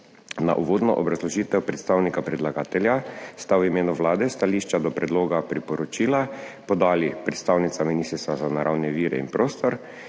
Na uvodno obrazložitev predstavnika predlagatelja sta v imenu Vlade stališča do predloga priporočila podali predstavnica Ministrstva za naravne vire in prostor